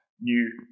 new